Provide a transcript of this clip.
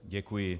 Děkuji.